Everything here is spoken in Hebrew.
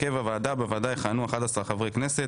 הרכב הוועדה - בוועדה יכהנו 11 חברי כנסת,